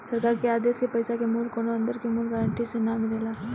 सरकार के आदेश के पैसा के मूल्य कौनो अंदर के मूल्य गारंटी से ना मिलेला